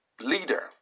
leader